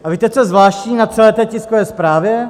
A víte, co je zvláštní na celé té tiskové zprávě?